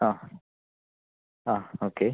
ആ ആ ഓക്കെ